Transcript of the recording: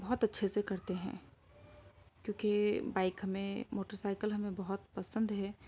بہت اچھے سے کرتے ہیں کیوںکہ بائیک ہمیں موٹر سائیکل ہمیں بہت پسند ہے